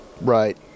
right